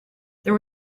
there